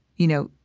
you know,